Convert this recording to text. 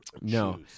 No